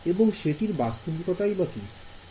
এবং সেটির বাস্তবিকতা কি